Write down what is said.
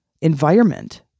environment